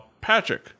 patrick